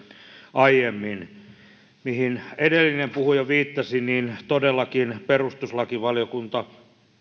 aiemmin se mihin edellinen puhuja viittasi todellakin perustuslakivaliokunta